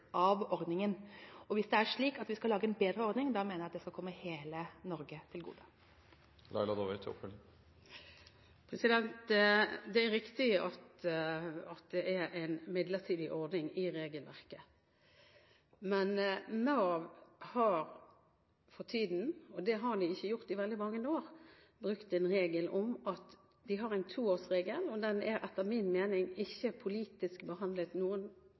av ordningen. Hvis det er slik at vi skal lage en bedre ordning, mener jeg at det skal komme hele Norge til gode. Det er riktig at det er en midlertidig ordning i regelverket. Men Nav har for tiden – og det har de ikke gjort i veldig mange år – brukt en toårsregel. Den er etter min mening ikke politisk behandlet